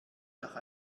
nach